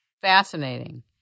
Fascinating